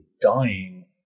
dying